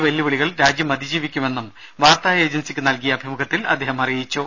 വെല്ലുവിളികൾ ഈ രാജ്യം അതിജീവിക്കുമെന്നും വാർത്താ ഏജൻസിക്ക് നൽകിയ അഭിമുഖത്തിൽ അദ്ദേഹം അറിയിച്ചു